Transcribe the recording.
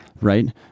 Right